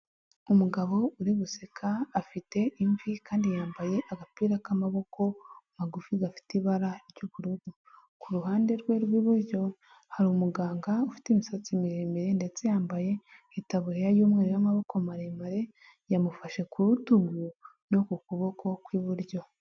Umugabo uri guseka afite imvi kandi yambaye agapira k'amaboko magufi gafite ibara ry'ubururu. Ku ruhande rwe rw'iburyo hari umuganga ufite imisatsi miremire ndetse yambaye itaburiya y'umweru y'amaboko maremare, yamufashe ku rutugu no ku kuboko kw'iburyo.